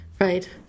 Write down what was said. right